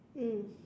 mm